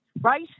right